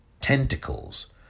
tentacles